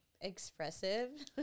expressive